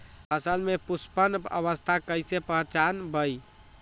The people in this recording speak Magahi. फसल में पुष्पन अवस्था कईसे पहचान बई?